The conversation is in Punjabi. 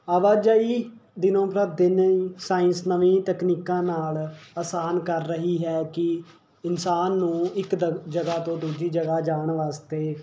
ਆਵਾਜਾਈ ਦਿਨ ਬ ਦਿਨ ਸਾਇੰਸ ਨਵੀਂ ਤਕਨੀਕਾਂ ਨਾਲ ਆਸਾਨ ਕਰ ਰਹੀ ਹੈ ਕਿ ਇਨਸਾਨ ਨੂੰ ਇੱਕ ਜਗ੍ਹਾ ਤੋਂ ਦੂਜੀ ਜਗ੍ਹਾ ਜਾਣ ਵਾਸਤੇ